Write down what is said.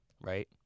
right